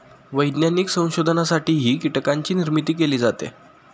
वैज्ञानिक संशोधनासाठीही कीटकांची निर्मिती केली जाते